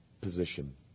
position